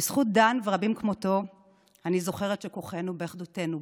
בזכות דן ורבים כמותו אני זוכרת שכוחנו באחדותנו,